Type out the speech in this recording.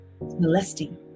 Molesting